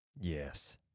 Yes